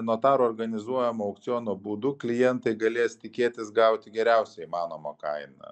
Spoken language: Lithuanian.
notaro organizuojamo aukciono būdu klientai galės tikėtis gauti geriausią įmanomą kainą